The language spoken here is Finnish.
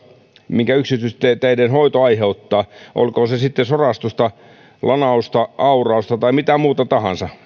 minkä yksityisteiden hoito aiheuttaa olkoon se sitten sorastusta lanausta aurausta tai mitä muuta tahansa